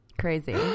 Crazy